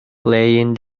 playing